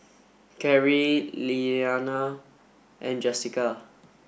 Carrie Iyana and Jessika